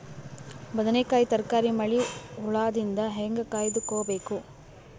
ಬದನೆಕಾಯಿ ತರಕಾರಿ ಮಳಿ ಹುಳಾದಿಂದ ಹೇಂಗ ಕಾಯ್ದುಕೊಬೇಕು?